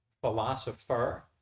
philosopher